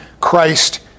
Christ